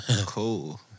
Cool